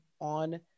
on